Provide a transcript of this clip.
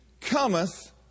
cometh